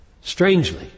strangely